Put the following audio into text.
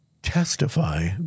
testify